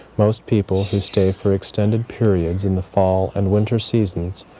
most people who stay for extended periods in the fall and winter seasons,